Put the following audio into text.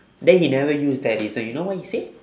then he never use that reason you know what he say